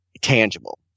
tangible